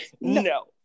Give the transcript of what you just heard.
No